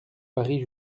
paris